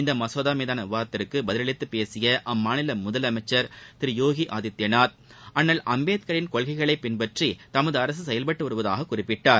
இம்மசோதா மீதான விவாத்திற்கு பதிலளித்து பேசிய அம்மாநில முதலமைச்சர் திரு யோகி ஆதித்யநாத் அண்ணல் அம்பேத்கரின் கொள்கைகளை பின்பற்றி தமது அரசு செயல்பட்டு வருவதாக குறிப்பிட்டார்